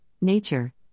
nature